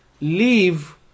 leave